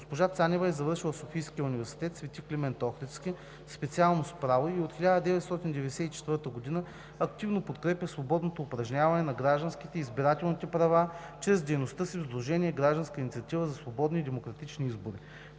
Госпожа Цанева е завършила Софийския университет „Св. Климент Охридски“, специалност „Право“ и от 1994 г. активно подкрепя свободното упражняване на гражданските и избирателните права чрез дейността си в сдружение „Гражданска инициатива за свободни и демократични избори“.